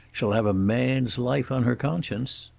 she'll have a man's life on her conscience.